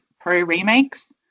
pro-remakes